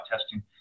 testing